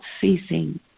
ceasing